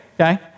okay